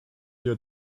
your